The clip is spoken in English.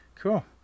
Cool